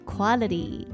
Quality